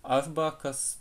arba kas